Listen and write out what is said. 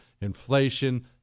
inflation